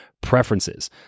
preferences